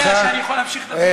אתה יודע שאני יכול להמשיך לדבר?